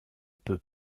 peux